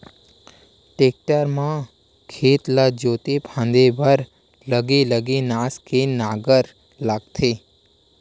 tractor म खेत ला जोते फांदे बर अलगे अलगे नास के नांगर आथे